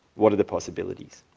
what are the possibilities?